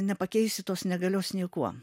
nepakeisi tos negalios niekuo